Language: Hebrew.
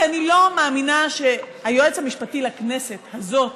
כי אני לא מאמינה שהיועץ המשפטי לכנסת הזאת,